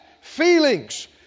feelings